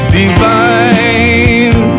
divine